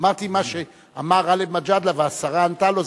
אמרתי: מה שאמר גאלב מג'אדלה והשרה ענתה לו,